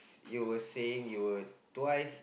you were saying you were twice